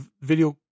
video